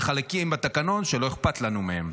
וחלקים בתקנון שלא אכפת לנו מהם.